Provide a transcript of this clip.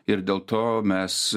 ir dėl to mes